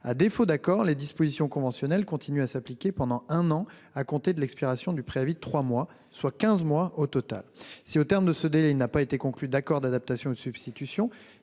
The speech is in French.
À défaut d'accord, les dispositions conventionnelles continuent à s'appliquer pendant un an à compter de l'expiration du préavis de trois mois, soit quinze mois au total. Si, au terme de ce délai, il n'a pas été conclu d'accord d'adaptation ou de substitution,